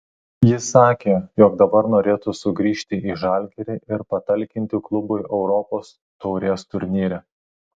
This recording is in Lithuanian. jis sakė jog dabar norėtų sugrįžti į žalgirį ir patalkinti klubui europos taurės turnyre